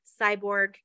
cyborg